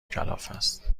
کلافست